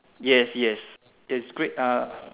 yes yes is great uh